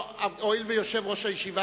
הואיל ויושב-ראש הישיבה,